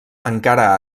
encara